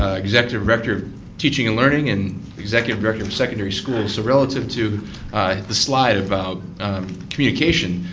ah executive director of teaching and learning and executive director of secondary schools, so relative to the slide about communication,